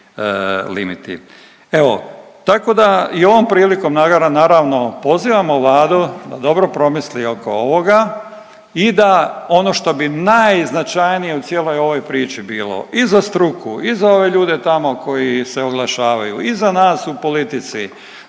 Evo tako da i ovim prilikom naravno pozivamo Vladu da dobro promisli oko ovoga i da ono što bi najznačajnije u cijeloj ovoj priči bilo i za struku i za ove ljude tamo koji se oglašavaju i za nas u politici